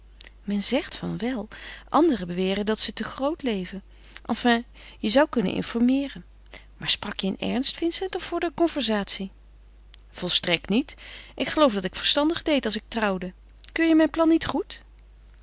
men zegt van wel anderen beweren dat ze te groot leven enfin je zou kunnen informeeren maar sprak je in ernst vincent of voor de conversatie volstrekt niet ik geloof dat ik verstandig deed als ik trouwde keur je mijn plan niet goed